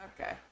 Okay